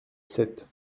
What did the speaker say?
sept